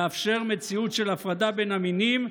לאפשר מציאות של הפרדה בין המינים,